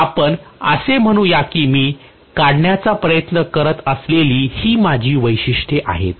तर आपण असे म्हणूया की मी काढण्याचा प्रयत्न करीत असलेली ही माझी वैशिष्ट्ये आहेत